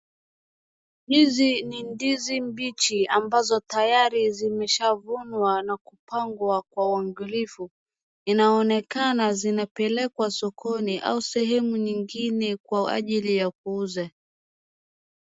Hizi ni ndizi mbichi ambazo tayari zimeshavunwa na kupangwa kwa uangalifu, inaonekana zinapelekwa sokoni au sehemu nyingine kwa ajili ya kuuza.